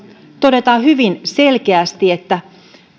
todetaan hyvin selkeästi